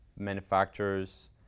manufacturers